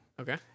Okay